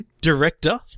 Director